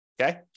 okay